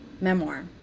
memoir